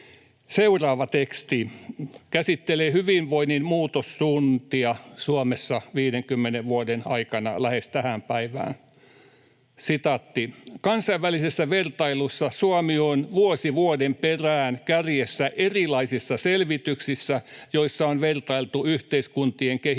seuraava teksti, käsittelee hyvinvoinnin muutossuuntia Suomessa 50 vuoden aikana lähes tähän päivään: ”Kansainvälisessä vertailussa Suomi on vuosi vuoden perään kärjessä erilaisissa selvityksissä, joissa on vertailtu yhteiskuntien kehityksen